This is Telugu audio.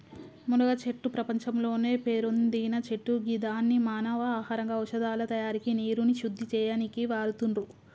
మునగచెట్టు ప్రపంచంలోనే పేరొందిన చెట్టు గిదాన్ని మానవ ఆహారంగా ఔషదాల తయారికి నీరుని శుద్ది చేయనీకి వాడుతుర్రు